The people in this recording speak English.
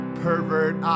pervert